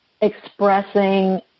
expressing